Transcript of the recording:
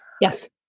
Yes